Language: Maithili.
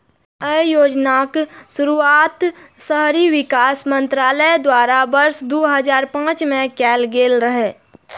अय योजनाक शुरुआत शहरी विकास मंत्रालय द्वारा वर्ष दू हजार पांच मे कैल गेल रहै